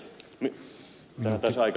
arvoisa puhemies